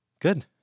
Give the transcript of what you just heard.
Good